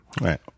Right